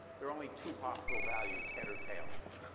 there are only two possible values, head or tails.